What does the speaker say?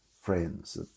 friends